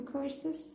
courses